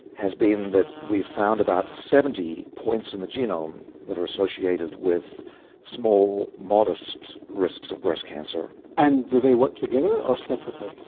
has been that we've found about seventy points in the genome that are associated with small, modest risks of breast cancer. and do they work together or separately?